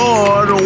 Lord